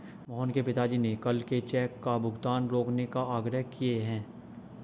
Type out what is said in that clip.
मोहन के पिताजी ने कल के चेक का भुगतान रोकने का आग्रह किए हैं